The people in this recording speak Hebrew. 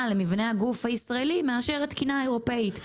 למבנה הגוף הישראלי מאשר התקינה האירופית,